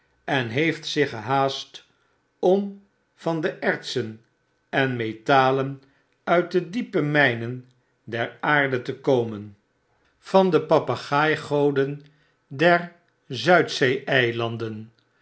en heeft zich gehaast om van de ertsen en metalen uit de diepe mynen der aarde te komen van overdrukken de papegaai goden der zuid zee